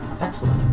excellent